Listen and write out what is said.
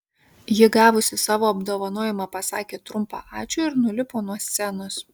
ji gavusi savo apdovanojimą pasakė trumpą ačiū ir nulipo nuo scenos